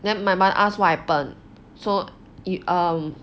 then my mother ask what happen so um